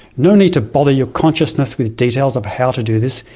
no need to bother your consciousness with details of how to do this,